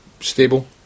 stable